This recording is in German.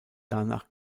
danach